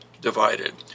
divided